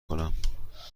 کنم